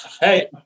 Hey